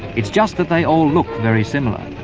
it's just that they all look very similar.